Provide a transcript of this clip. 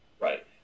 Right